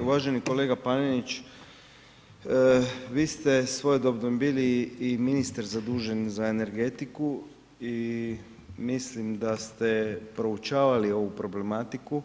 Uvaženi kolega Panenić, vi ste svojedobno bili i ministar zadužen za energetiku i mislim da ste proučavali ovu problematiku